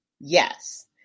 Yes